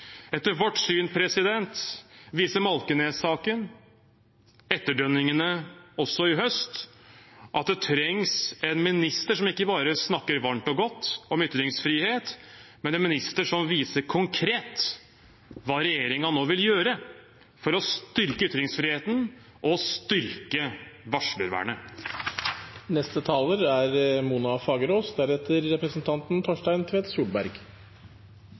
Etter vårt syn viser Malkenes-saken – og også etterdønningene i høst – at det trengs en minister som ikke bare snakker varmt og godt om ytringsfrihet, men som konkret viser hva regjeringen nå vil gjøre for å styrke ytringsfriheten og styrke varslervernet. Hva bør gjøres for å styrke kulturen for ytringsfrihet i skolen? Det er